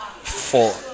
Four